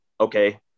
okay